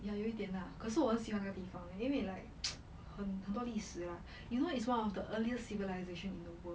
ya 有一点: you yi dian lah 可是我很喜欢那个地方 leh really like 很很多历史 lah you know it's one of the earliest civilization in the world